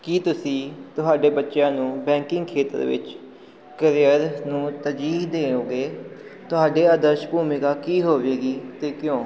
ਕੀ ਤੁਸੀਂ ਤੁਹਾਡੇ ਬੱਚਿਆਂ ਨੂੰ ਬੈਂਕਿੰਗ ਖੇਤਰ ਦੇ ਵਿੱਚ ਕਰੀਅਰ ਨੂੰ ਤਰਜੀਹ ਦੇਵੋਗੇ ਤੁਹਾਡੇ ਆਦਰਸ਼ ਭੂਮਿਕਾ ਕੀ ਹੋਵੇਗੀ ਅਤੇ ਕਿਉਂ